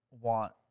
want